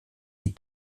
die